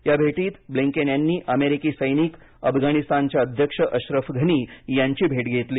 या भेटीत ब्लिंकेन यांनी अमेरिकी सैनिक अफगाणिस्तानचे अध्यक्ष अश्रफ घनी यांची भेट घेतली